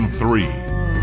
three